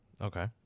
Okay